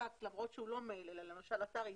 בפקס למרות שהוא לא מייל אלא למשל אתר אינטרנט,